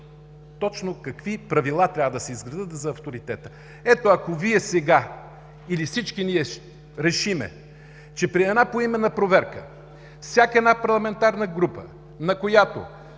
точно какви правила трябва да се изградят за авторитета. Ето, ако Вие сега, или всички ние решим, че при една поименна проверка всяка една парламентарна група, на която